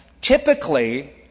typically